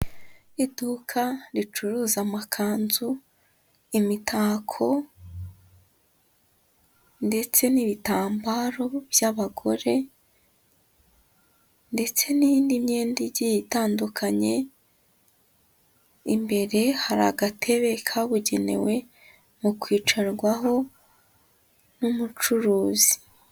Iduka ricuruza amakanzu, imitako ndetse n'ibitambaro by'abagore ndetse n'indi myenda igiye itandukanye, imbere hari agatebe kabugenewe mu kwicarwaho n'umucuruzi.